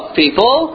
people